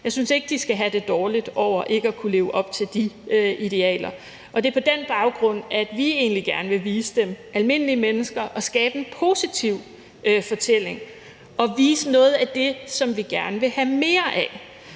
Jeg synes ikke, de skal have det dårligt over ikke at kunne leve op til de idealer, og det er på den baggrund, vi egentlig gerne vil vise dem almindelige mennesker, skabe en positiv fortælling og vise noget af det, som vi gerne vil have mere af.